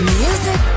music